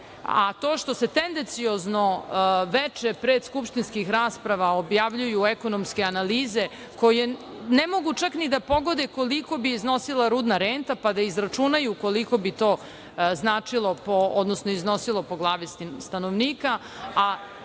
što se tendenciozno, veče pred skupštinskih rasprava, objavljuju ekonomske analize koje ne mogu čak ni da pogode koliko bi iznosila rudna renta, pa da izračunaju koliko bi to iznosilo po glavi stanovnika,